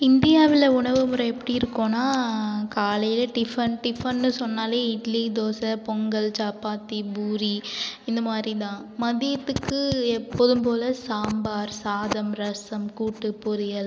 இந்தியாவில் உணவுமுறை எப்படி இருக்குன்னா காலையில டிஃபன் டிஃபன்னு சொன்னாலே இட்லி தோசை பொங்கல் சப்பாத்தி பூரி இந்த மாரி தான் மதியத்துக்கு எப்போதும் போல் சாம்பார் சாதம் ரசம் கூட்டு பொரியல்